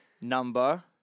number